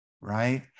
Right